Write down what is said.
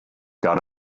got